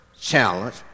challenge